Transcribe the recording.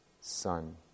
Son